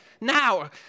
Now